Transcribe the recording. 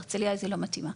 הרצליה היא לא דוגמה מתאימה.